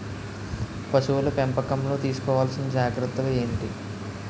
పశువుల పెంపకంలో తీసుకోవల్సిన జాగ్రత్తలు ఏంటి?